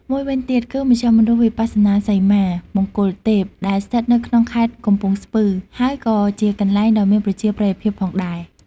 មួយវិញទៀតគឺ មជ្ឈមណ្ឌលវិបស្សនាសីមា មង្គលទេព ដែលស្ថិតនៅក្នុងខេត្តកំពង់ស្ពឺ ហើយក៏ជាកន្លែងដ៏មានប្រជាប្រិយភាពផងដែរ។